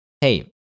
Hey